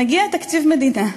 מגיע תקציב מדינה,